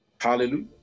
Hallelujah